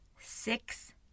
six